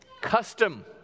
custom